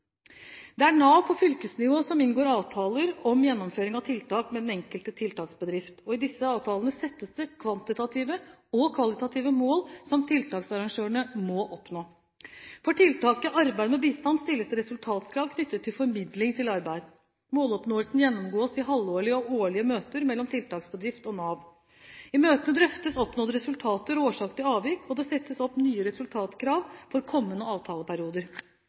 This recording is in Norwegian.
Det er Nav på fylkesnivå som inngår avtaler om gjennomføring av tiltak med den enkelte tiltaksbedrift, og i disse avtalene settes det kvantitative og kvalitative mål som tiltaksarrangørene må oppnå. For tiltaket «Arbeid med bistand» stilles det resultatkrav knyttet til formidling til arbeid. Måloppnåelsen gjennomgås i halvårlige/årlige møter mellom tiltaksbedrift og Nav. I møtene drøftes oppnådde resultater og årsaker til avvik, og det settes opp nye resultatkrav for kommende